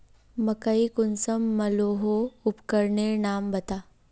मकई कुंसम मलोहो उपकरनेर नाम बता?